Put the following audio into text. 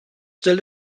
still